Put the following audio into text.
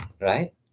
right